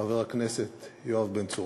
חבר הכנסת יואב בן צור,